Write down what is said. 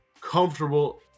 comfortable